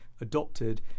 adopted